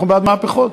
אנחנו בעד מהפכות.